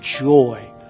joy